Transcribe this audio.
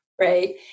Right